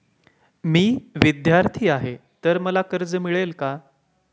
मी विद्यार्थी आहे तर मला कर्ज मिळेल का?